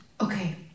Okay